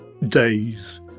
days